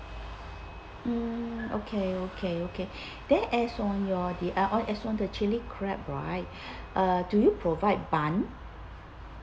mm okay okay okay then as on your the uh on as on the chilli crab right uh do you provide bun